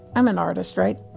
i'm an artist, right?